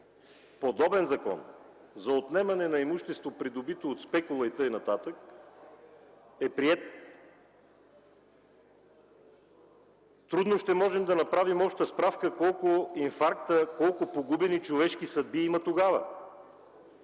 подобен Закон за отнемане на имущество, придобито от спекула и така нататък, е приет. Трудно ще можем да направим обща справка колко инфаркта, колко погубени човешки съдби има тогава.